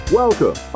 welcome